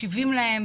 מקשיבים להם,